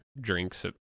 drinks